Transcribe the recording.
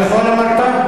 אני לא יכול, אמרת?